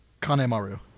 Kanemaru